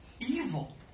evil